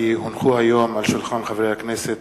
כי הונחו היום על שולחן הכנסת,